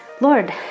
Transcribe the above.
Lord